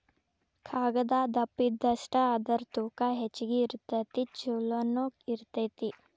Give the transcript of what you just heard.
ಕಾಗದಾ ದಪ್ಪ ಇದ್ದಷ್ಟ ಅದರ ತೂಕಾ ಹೆಚಗಿ ಇರತತಿ ಚುಲೊನು ಇರತತಿ